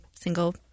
single